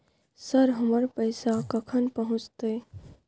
Sir, हमर पैसा कखन पहुंचतै?